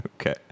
Okay